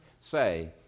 say